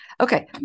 Okay